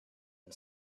and